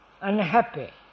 unhappy